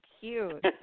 cute